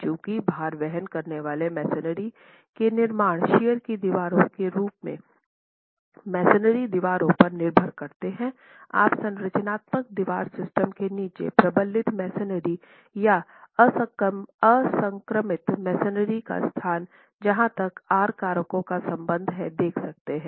चूंकि भार वहन करने वाले मैसनरी के निर्माण शियर की दीवारों के रूप में मैसनरी दीवारों पर निर्भर करते हैं आप संरचनात्मक दीवार सिस्टम के नीचे प्रबलित मैसनरी या असंक्रमित मैसनरी का स्थान जहाँ तक R कारकों का संबंध है देख सकते हैं